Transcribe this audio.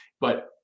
But-